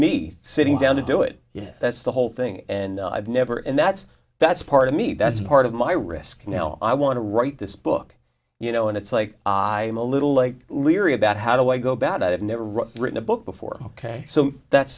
me sitting down to do it you know that's the whole thing and i've never and that's that's part of me that's part of my risk now i want to write this book you know and it's like a little like leery about how do i go bad i've never written a book before ok so that's